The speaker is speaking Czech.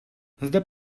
zde